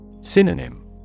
Synonym